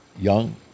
young